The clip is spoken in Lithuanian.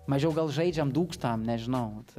mažiau gal žaidžiam dūkstam nežinau vat